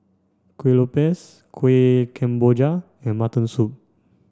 Kueh Lopes Kuih Kemboja and mutton soup